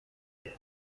have